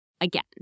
again